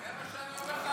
אבל זה מה שאני אומר לך.